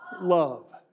love